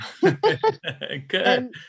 Good